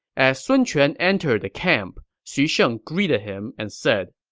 as sun quan entered the camp, xu sheng greeted him and said,